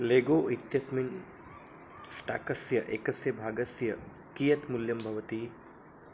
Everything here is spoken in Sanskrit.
लेगो इत्यस्मिन् स्टाकस्य एकस्य भागस्य कियत् मूल्यं भवति